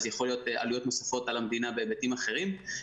אז יכול להיות עלויות נוספות על המדינה בהיבטים אחרים.